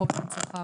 מאוד גדול